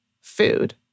food